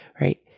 right